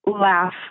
laugh